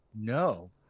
No